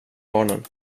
barnen